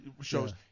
shows